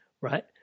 right